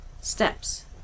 steps